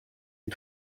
est